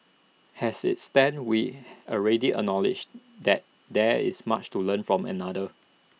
as IT stands we already acknowledge that there is much to learn from others